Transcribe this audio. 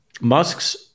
Musk's